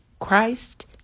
Christ